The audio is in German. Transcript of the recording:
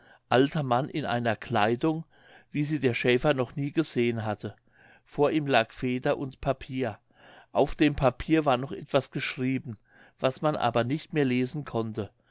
alter mann in einer kleidung wie sie der schäfer noch nie gesehen hatte vor ihm lag feder und papier auf dem papier war noch etwas geschrieben was man aber nicht mehr lesen konnte